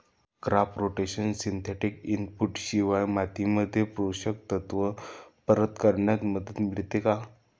Crop rotation synthetic input शिवाय मातीमध्ये पोषक तत्त्व परत करण्यास मदत करते का?